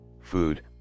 food